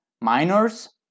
minors